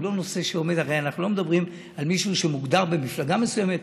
הרי אנחנו לא מדברים על מישהו שמוגדר במפלגה מסוימת.